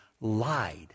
lied